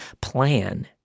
plan